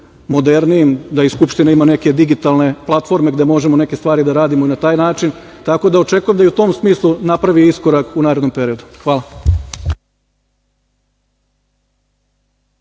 modernijim, da i Skupština ima neke digitalne platforme gde možemo neke stvari da radimo na taj način. Očekujem da i u tom smislu napravi iskorak u narednom periodu. Hvala.